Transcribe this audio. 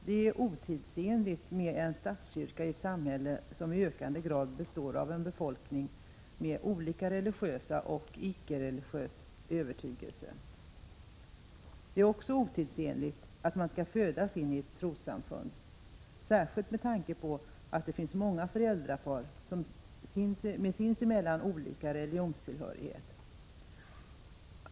Det är otidsenligt med en statskyrka i ett samhälle som i ökande grad består av en befolkning med olika religiös eller icke-religiös övertygelse. Det är också otidsenligt att man skall födas in i ett trossamfund, särskilt med tanke på att det finns många föräldrapar med sinsemellan olika religionstillhörighet.